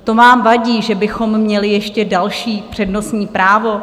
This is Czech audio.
To vám vadí, že bychom měli ještě další přednostní právo?